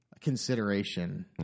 consideration